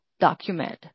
document